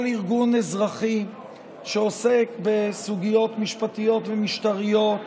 כל ארגון אזרחי שעוסק בסוגיות משפטיות ומשטריות